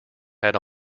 had